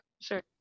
sure